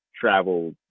travel